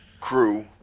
crew